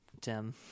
Tim